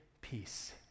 peace